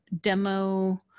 demo